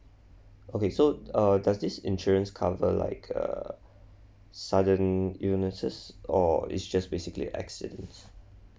okay so err does this insurance cover like uh sudden illnesses or it's just basically accidents